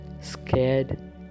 Scared